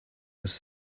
was